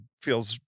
feels